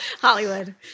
Hollywood